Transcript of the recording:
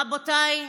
רבותיי,